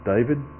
David